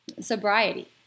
sobriety